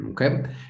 Okay